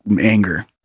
anger